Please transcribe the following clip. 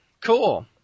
Cool